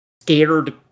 scared